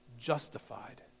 justified